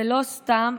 ולא סתם",